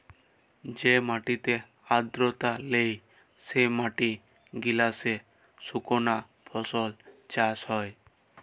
যে মাটিতে আদ্রতা লেই, সে জমি গিলাতে সুকনা ফসল চাষ হ্যয়